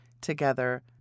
together